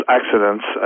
accidents